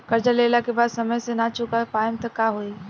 कर्जा लेला के बाद समय से ना चुका पाएम त का होई?